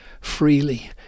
freely